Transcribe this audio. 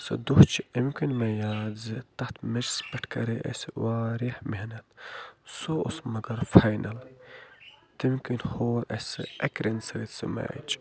سُہ دۄہ چھُ اَمہِ کِنۍ مےٚ یاد زِ تَتھ میچس پٮ۪ٹھ کَرے اَسہِ وارِیاہ محنت سُہ اوس مگر فاینل تمہِ کِنۍ ہور اَسہِ سُہ اَکہِ رنہِ سۭتۍ سُہ میچ